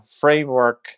framework